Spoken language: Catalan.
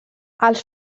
els